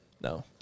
no